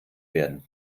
werden